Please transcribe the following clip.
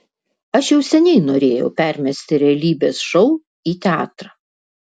aš jau seniai norėjau permesti realybės šou į teatrą